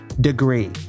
degree